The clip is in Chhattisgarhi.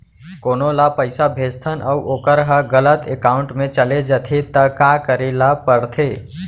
कोनो ला पइसा भेजथन अऊ वोकर ह गलत एकाउंट में चले जथे त का करे ला पड़थे?